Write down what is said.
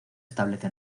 establece